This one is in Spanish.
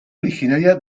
originaria